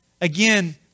again